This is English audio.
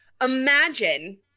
Imagine